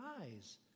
eyes